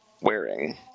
wearing